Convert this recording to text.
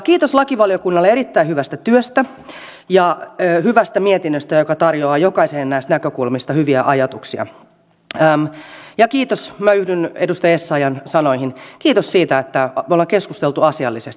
kiitos lakivaliokunnalle erittäin hyvästä työstä ja hyvästä mietinnöstä joka tarjoaa jokaiseen näistä näkökulmista hyviä ajatuksia ja kiitos minä yhdyn edustaja essayahn sanoihin kiitos siitä että me olemme keskustelleet asiallisesti